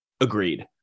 Agreed